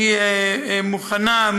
היא מוכנה,